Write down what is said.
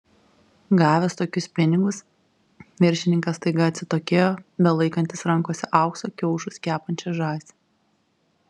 gavęs tokius pinigus viršininkas staiga atsitokėjo belaikantis rankose aukso kiaušus kepančią žąsį